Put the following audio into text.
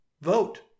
vote